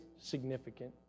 significant